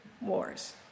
wars